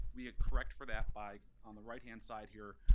we correct for that by on the right-hand side here,